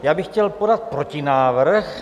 Já bych chtěl podat protinávrh.